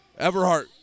everhart